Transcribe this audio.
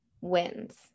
wins